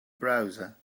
browser